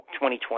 2020